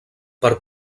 per